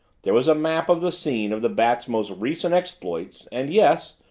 there was a map of the scene of the bat's most recent exploits and, yes,